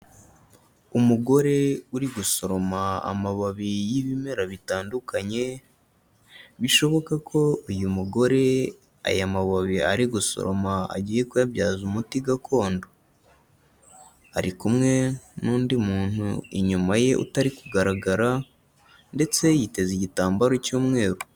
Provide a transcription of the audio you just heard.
Umugore uri gusoroma amababi y'ibimera bitandukanye, bishoboka ko uyu mugore aya mababi ari gusoroma agiye kuyabyaza umuti gakondo. Ari kumwe n'undi muntu inyuma ye utari kugaragara, ndetse yiteze igitambaro cy'umweru.